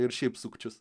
ir šiaip sukčius